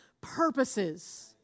purposes